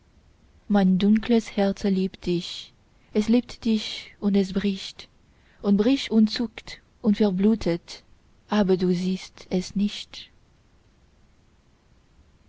mein dunkles herze liebt dich es liebt dich und es bricht und bricht und zuckt und verblutet aber du siehst es nicht